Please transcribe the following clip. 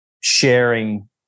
sharing